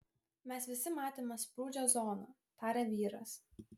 mes visi matėme sprūdžio zoną tarė vyras